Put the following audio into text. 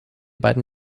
beiden